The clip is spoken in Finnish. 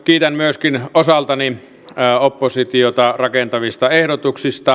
kiitän myöskin osaltani oppositiota rakentavista ehdotuksista